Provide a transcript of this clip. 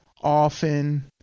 often